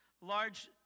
Large